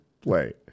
play